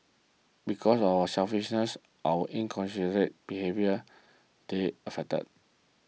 because of our selfishness our inconsiderate behaviour they're affected